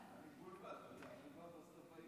בעזרת השם,